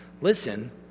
Listen